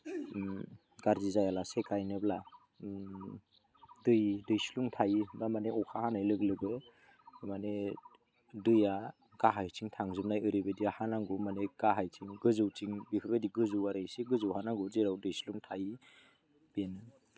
गाज्रि जायालासे गायनोब्ला दै दैस्लुं थायोब्ला माने अखा हानाय लोगो लोगो माने दैया गाहायथिं थांजोबबाय ओरैबायदि हानांगौ माने गाहायथिं गोजौथिं बेफोरबायदि गोजौ आरो एसे गोजौ हा नांगौ जेराव दैस्लुं थायो बेनो